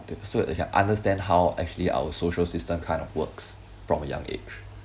so that they can understand how actually our social system kind of works from a young age